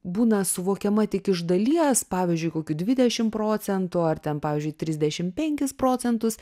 būna suvokiama tik iš dalies pavyzdžiui kokių dvidešim procentų ar ten pavyzdžiui trisdešim penkis procentus